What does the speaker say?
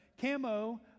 camo